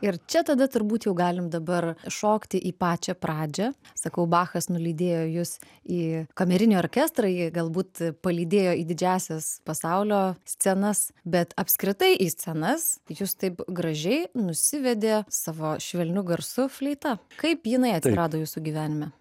ir čia tada turbūt jau galim dabar šokti į pačią pradžią sakau bachas nulydėjo jus į kamerinį orkestrą į galbūt palydėjo į didžiąsias pasaulio scenas bet apskritai į scenas jūs taip gražiai nusivedė savo švelniu garsu fleita kaip jinai atsirado jūsų gyvenime